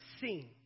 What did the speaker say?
seen